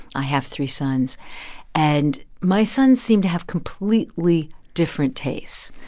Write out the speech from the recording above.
i have three sons and my sons seem to have completely different tastes.